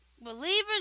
Believers